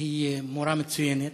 היא מורה מצוינת,